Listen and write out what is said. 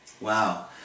Wow